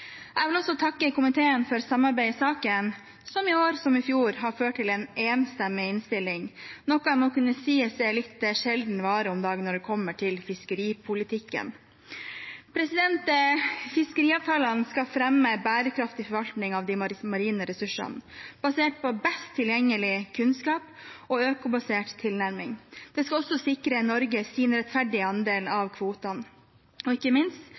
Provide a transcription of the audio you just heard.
Jeg vil også takke komiteen for samarbeidet i saken, som – i år som i fjor – har ført til en enstemmig innstilling, noe som må kunne sies å være en litt sjelden vare om dagen når det kommer til fiskeripolitikken. Fiskeriavtalene skal fremme bærekraftig forvaltning av de marine ressursene, basert på best tilgjengelig kunnskap og en økobasert tilnærming. De skal også sikre Norge sin rettferdige andel av kvotene. Og ikke minst: